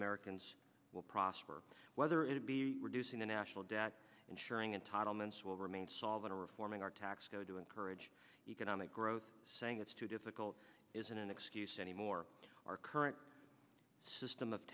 americans will prosper whether it be reducing the national debt ensuring entitlements will remain solvent or reforming our tax code to encourage economic growth saying it's too difficult isn't an excuse anymore our current system of